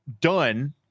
done